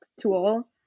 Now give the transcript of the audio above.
tool